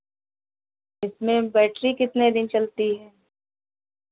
इसमें बैट्री कितने दिन चलती है